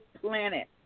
planet